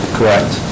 Correct